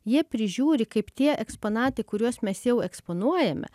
jie prižiūri kaip tie eksponatai kuriuos mes jau eksponuojame